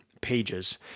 pages